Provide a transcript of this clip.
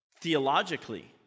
theologically